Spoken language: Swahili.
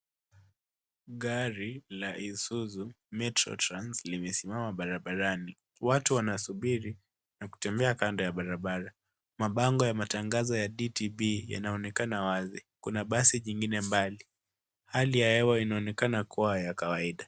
Gari la Isuzu Metrotrans limesimama barabarani. Watu wanasubiri na kutembea kando ya barabara. Mabango ya matangazo ya DTB yanaonekana wazi. Kuna basi jingine mbali. Hali ya hewa inaonekana kuwa ya kawaida.